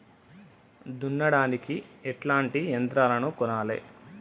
దున్నడానికి ఎట్లాంటి యంత్రాలను కొనాలే?